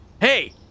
Hey